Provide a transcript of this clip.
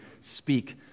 speak